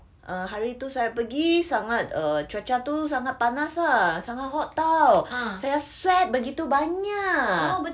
uh hari tu saya pergi sangat err cuaca tu sangat panas ah sangat hot tahu saya sweat begitu banyak